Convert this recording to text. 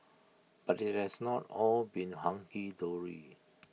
but IT has not all been hunky dory